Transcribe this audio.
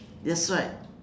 that's right